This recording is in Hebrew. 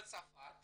בצרפת